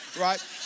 right